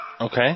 Okay